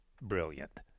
brilliant